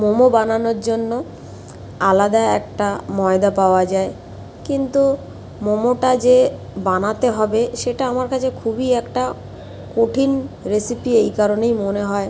মোমো বানানোর জন্য আলাদা একটা ময়দা পাওয়া যায় কিন্তু মোমোটা যে বানাতে হবে সেটা আমার কাছে খুবই একটা কঠিন রেসিপি এই কারণেই মনে হয়